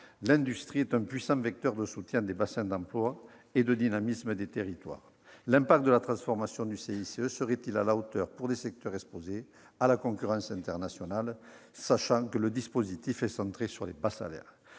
l'industrie est un puissant vecteur de soutien des bassins d'emploi et de dynamisme des territoires. L'impact de la transformation du CICE sera-t-il à la hauteur pour des secteurs exposés à la concurrence internationale, sachant que le dispositif est centré sur les bas salaires ?